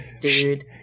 dude